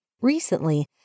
Recently